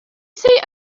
say